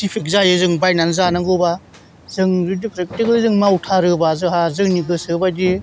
defect जायो जों बायनानै जानांगौबा जों प्रेक्टिखेलियै जों मावथारोबा जोंहा जोंनि गोसो बायदि